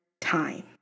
time